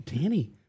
Danny